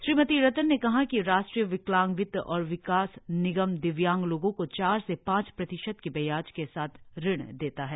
श्रीमती रतन ने कहा कि राष्ट्रीय विकलांग वित्त और विकास निगम दिव्यांग लोगों को चार से पांच प्रतिशत की ब्याज के साथ ऋण देता है